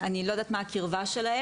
אני לא יודעת מה הקרבה שלהם.